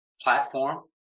platform